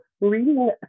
reading